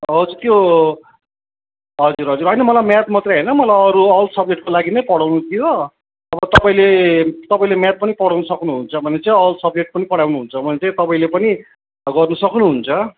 हजुर त्यो हजुर हजुर होइन मलाई म्याथ मात्रै होइन मलाई अरू अल सब्जेक्टको लागि नै पढाउनु थियो अब तपाईँले तपाईँले म्याथ पनि पढाउन सक्नुहुन्छ भने चाहिँ अल सब्जेक्ट पनि पढाउनुहुन्छ भने चाहिँ तपाईँले पनि गर्न सक्नुहुन्छ